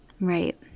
right